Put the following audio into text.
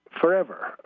forever